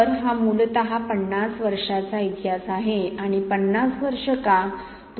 तर हा मूलत पन्नास वर्षांचा इतिहास आहे आणि पन्नास वर्ष का